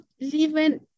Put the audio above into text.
living